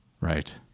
right